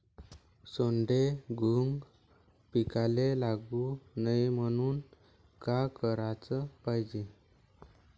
सोंडे, घुंग पिकाले लागू नये म्हनून का कराच पायजे?